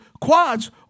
quads